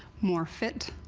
more fit.